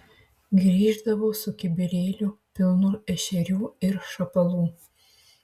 grįždavo su kibirėliu pilnu ešerių ir šapalų